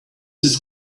this